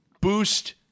boost